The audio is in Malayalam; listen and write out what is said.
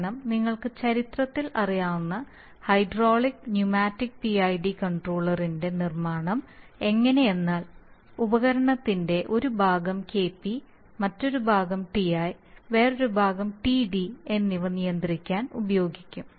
കാരണം നിങ്ങൾക്ക് ചരിത്രത്തിൽ അറിയാവുന്ന ഹൈഡ്രോളിക് ന്യൂമാറ്റിക് പിഐഡി കൺട്രോളറിന്റെ നിർമ്മാണം എങ്ങനെയെന്നാൽ ഉപകരണത്തിന്റെ ഒരു ഭാഗം Kp മറ്റൊരു ഭാഗം Ti വേറെ ഒരു ഭാഗം TD എന്നിവ നിയന്ത്രിക്കാൻ ഉപയോഗിക്കും